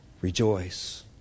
rejoice